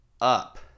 up